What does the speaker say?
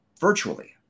virtually